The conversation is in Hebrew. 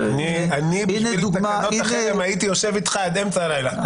אני בשביל תקנות החרם הייתי יושב איתך עד אמצע הלילה,